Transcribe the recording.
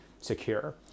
secure